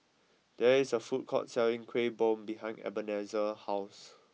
there is a food court selling Kuih Bom behind Ebenezer's house